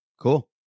Cool